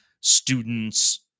students